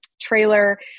trailer